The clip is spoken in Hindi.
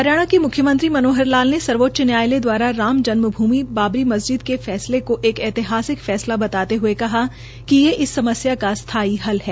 हरियाणा के मुख्यमंत्री मनोहर लाल ने सर्वोच्च न्यायालय दवारा राम जन्म भूमि बाबरी मस्जिद के फैसले का ऐतिहासिक फैसला बताते हये कहा कि ये इस समस्या का स्थाई हल है